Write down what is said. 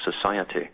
society